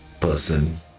person